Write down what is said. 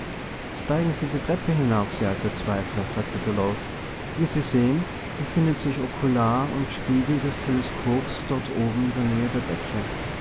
steigen sie die treppe hinauf sie alter zweifler sagte der lord wie sie sehen befindet sich okular und spiegel des teleskops dort oben in der nähe der decke